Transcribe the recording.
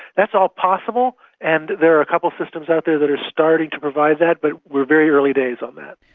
that's all possible and there are a couple of systems out there that are starting to provide that but are very early days on that.